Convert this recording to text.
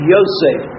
Yosef